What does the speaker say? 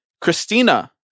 Christina